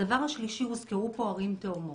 הדבר השלישי, הוזכרו פה ערים תאומות.